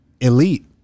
Elite